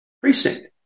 precinct